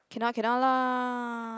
cannot cannot lah